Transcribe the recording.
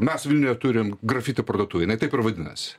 mes vilniuje turim grafiti parduotuvę jinai taip ir vadinasi